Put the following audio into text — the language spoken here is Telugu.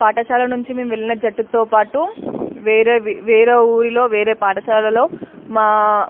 పాఠశాల నుంచి మేము వెళ్ళిన జట్టుతో పాటు వేరే వేరే ఊరిలో వేరే పాఠశాలలో మా